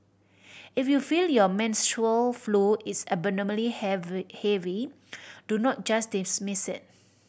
if you feel your menstrual flow is abnormally heavy do not just dismiss it